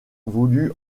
voulut